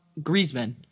Griezmann